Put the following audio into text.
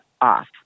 off